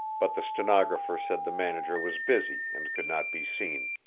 but the stenographer said the manager was busy and could not be seen.